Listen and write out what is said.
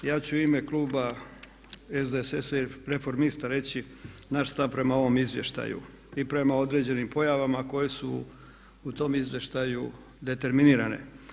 Ja ću u ime kluba SDSS-a i Reformista reći naš stav prema ovom izvještaju i prema određenim pojavama koje su u tom izvještaju determinirane.